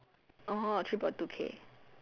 oh three point two K